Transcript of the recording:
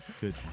Good